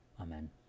Amen